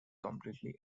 completely